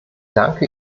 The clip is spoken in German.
danke